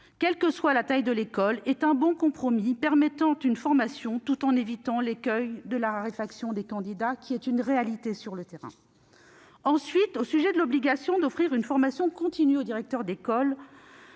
quelle que soit la taille de l'école, est un bon compromis. Elle permet une formation tout en évitant l'écueil de la raréfaction des candidats, qui est une réalité sur le terrain. Quant à l'obligation d'offrir une formation continue aux directeurs d'école,